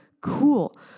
Cool